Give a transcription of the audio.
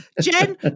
Jen